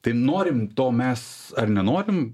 tai norim to mes ar nenorim